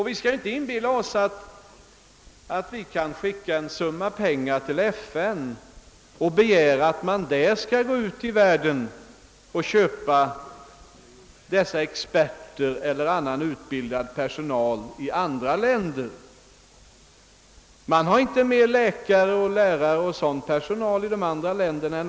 Vi skall inte inbilla oss att vi kan skicka en summa pengar till FN och begära att man där skall gå ut till andra delar av världen och köpa dessa experter eller annan utbildad personal. Det finns inte mer läkare, lärare och liknande personal i de andra länderna.